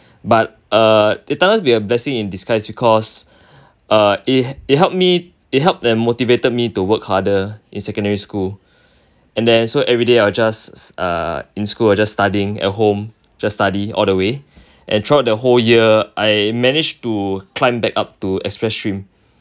but err it started to be a blessing in disguise because uh it it help me it help and motivated me to work harder in secondary school and then so everyday I will just err in school I just studying at home just study all the way and throughout the whole year I manage to climb back up to express stream